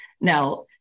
Now